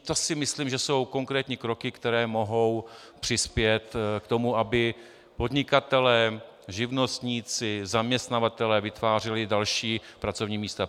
To si myslím, že jsou konkrétní kroky, které mohou přispět k tomu, aby podnikatelé, živnostníci, zaměstnavatelé vytvářeli další pracovní místa.